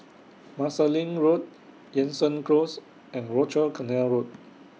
Marsiling Road Jansen Close and Rochor Canal Road